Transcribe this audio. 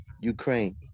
Ukraine